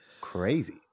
crazy